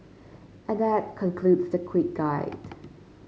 and that concludes the quick guide